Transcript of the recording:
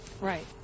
right